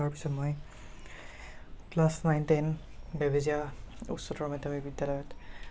তাৰপিছত মই class nine ten Bebejia উচ্চতমৰ মাধ্যমিক বিদ্যালয়ত